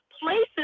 places